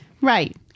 right